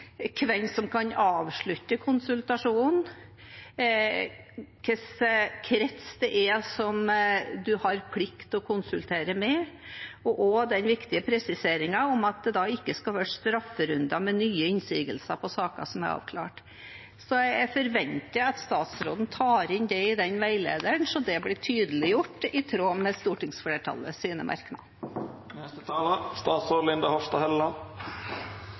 hvem som kan avslutte konsultasjonen, hva slags krets man har plikt til å konsultere med, og som har den viktige presiseringen om at det ikke skal være strafferunder med nye innsigelser på saker som er avklart. Jeg forventer at statsråden tar det inn i veilederen, så det blir tydeliggjort i tråd med